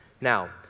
Now